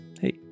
hey